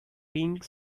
pink